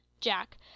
Jack